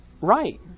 right